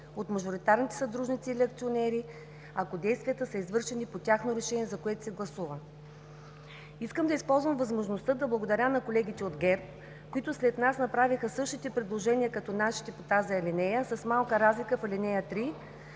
от мажоритарните съдружници или акционери, ако действията са извършени по тяхно решение, за което се гласува“. Искам да използвам възможността да благодаря на колегите от ГЕРБ, които след нас направиха същите предложения като нашите по тази алинея с малка разлика в ал. 3.